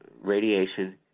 radiation